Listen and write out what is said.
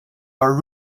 are